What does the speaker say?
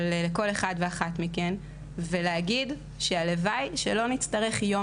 ולכל אחת ואחת מכן ולהגיד שהלוואי שלא נצטרך יום